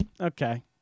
okay